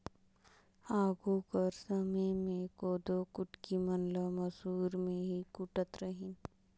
आघु कर समे मे कोदो कुटकी मन ल मूसर मे ही कूटत रहिन